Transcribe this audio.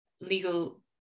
legal